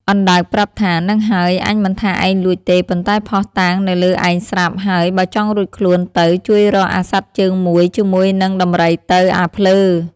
អណ្ដើកប្រាប់ថា៖ "ហ្នឹងហើយអញមិនថាឯងលួចទេ ប៉ុន្តែភស្តុតាងនៅលើឯងស្រាប់ ហើយបើចង់រួចខ្លួនទៅ ជួយរកអាសត្វជើងមួយជាមួយនឹងដំរីទៅ អាភ្លើ"។